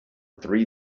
three